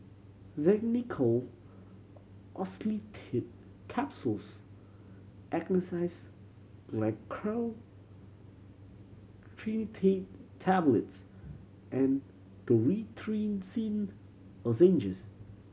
Xenical Orlistat Capsules Tablets and Dorithricin Lozenges